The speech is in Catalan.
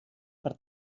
per